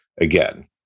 again